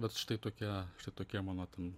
vat štai tokia štai tokia mano ten